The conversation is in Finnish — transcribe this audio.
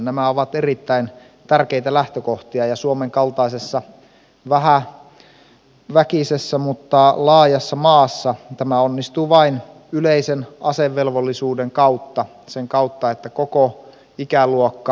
nämä ovat erittäin tärkeitä lähtökohtia ja suomen kaltaisessa vähäväkisessä mutta laajassa maassa tämä onnistuu vain yleisen asevelvollisuuden kautta sen kautta että koko ikäluokka osallistuu maansa puolustamiseen